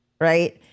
right